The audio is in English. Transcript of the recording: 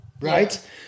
Right